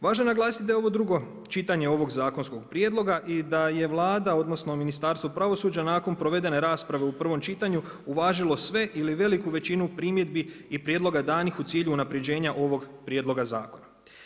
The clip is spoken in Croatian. Važno je naglasiti da je ovo drugo čitanje ovog zakonskog prijedloga i da je Vlada odnosno Ministarstvo pravosuđa nakon provedene rasprave u prvom čitanju uvažilo sve ili veliku većinu primjedbi i prijedloga danih u cilju unapređenja ovog prijedloga zakona.